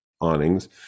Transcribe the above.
awnings